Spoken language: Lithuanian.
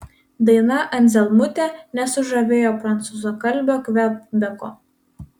daina anzelmutė nesužavėjo prancūzakalbio kvebeko